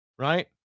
Right